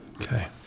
Okay